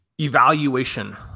evaluation